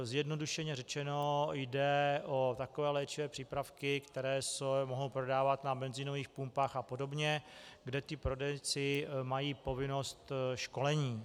Zjednodušeně řečeno, jde o takové léčivé přípravky, které se mohou prodávat na benzinových pumpách apod., kde ti prodejci mají povinnost školení.